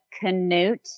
Canute